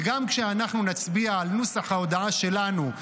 וגם כשאנחנו נצביע על נוסח ההודעה שלנו,